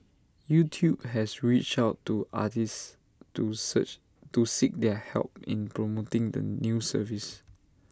YouTube has reached out to artists to search to seek their help in promoting the new service